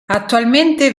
attualmente